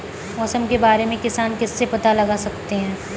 मौसम के बारे में किसान किससे पता लगा सकते हैं?